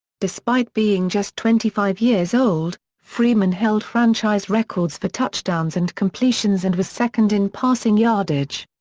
despite being just twenty five years old, freeman held franchise records for touchdowns and completions and was second in passing yardage.